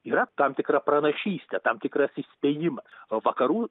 yra tam tikra pranašystė tam tikras įspėjimas o vakarų